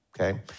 okay